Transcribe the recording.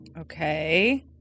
Okay